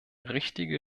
richtige